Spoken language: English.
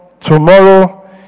tomorrow